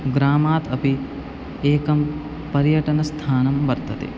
ग्रामात् अपि एकं पर्यटनस्थानं वर्तते